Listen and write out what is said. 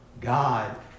God